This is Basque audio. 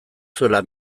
zuela